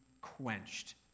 quenched